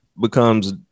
becomes